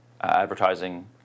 advertising